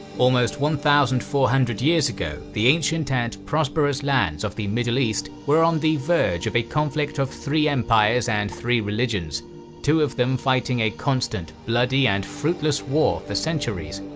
almost one thousand four hundred years ago the ancient and prosperous lands of the middle east were on the verge of a conflict of three empires and three religions two of them fighting a constant, bloody, and fruitless war for centuries,